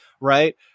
right